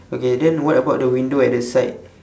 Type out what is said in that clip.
okay then what about the window at the side